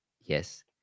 Yes